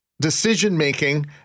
decision-making